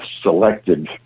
selected